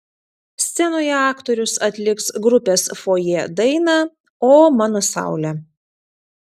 scenoje aktorius atliks grupės fojė dainą o mano saule